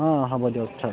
অঁ হ'ব দিয়ক থওক